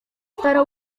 stara